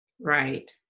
Right